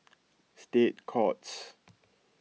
State Courts